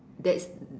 that's